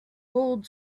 old